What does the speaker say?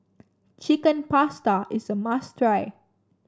Chicken Pasta is a must try